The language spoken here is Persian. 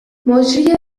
مجری